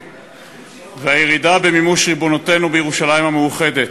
והירידה במימוש ריבונותנו בירושלים המאוחדת.